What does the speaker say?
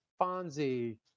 Fonzie